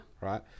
Right